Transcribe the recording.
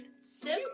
sims